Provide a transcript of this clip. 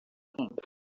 king